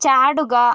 ചാടുക